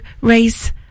raise